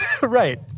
Right